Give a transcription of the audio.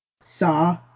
saw